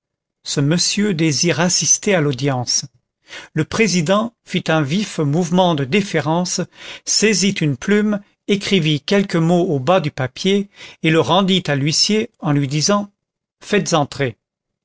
ce monsieur désire assister à l'audience le président fit un vif mouvement de déférence saisit une plume écrivit quelques mots au bas du papier et le rendit à l'huissier en lui disant faites entrer